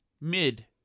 mid